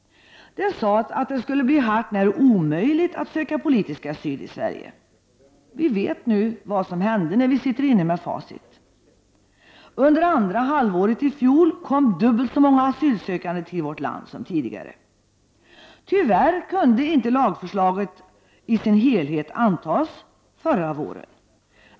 Det sades att det skulle bli hart när omöjligt att söka politisk asyl i Sverige. Vi vet nu, när vi har facit, vad som hände: Under andra halvåret i fjol kom dubbelt så många asylsökande till vårt land som tidigare. Tyvärr kunde inte lagförslaget i dess helhet antas förra våren.